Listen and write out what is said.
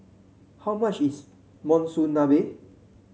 how much is Monsunabe